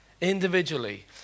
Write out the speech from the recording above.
individually